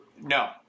No